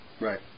Right